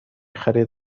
خرید